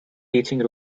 teaching